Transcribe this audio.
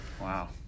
Wow